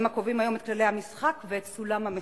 הם הקובעים היום את כללי המשחק ואת סולם המחירים.